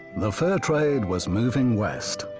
the fur trade was moving west,